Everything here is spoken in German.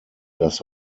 das